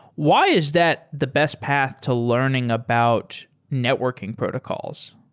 why is that the best path to learning about networking protocols?